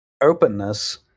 openness